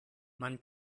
man